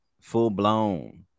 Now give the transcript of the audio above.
Full-blown